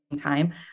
time